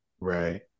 Right